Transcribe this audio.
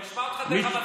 הוא ישמע אותך דרך המצלמה.